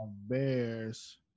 Bears